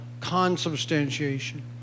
consubstantiation